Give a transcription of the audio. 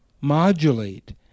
modulate